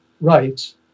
rights